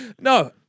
No